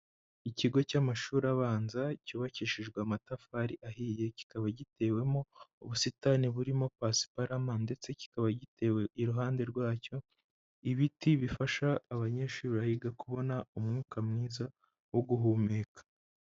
Ikigo cy'amashuri abanza cyubakishijwe amatafari ahiye kikaba gitewemo ubusitani burimo pasiparama ndetse kikaba gitewe iruhande rwacyo ibiti bifasha abanyeshuri bahiga kubona umwuka mwiza wo guhumeka.